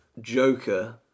Joker